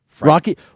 Rocky